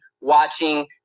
watching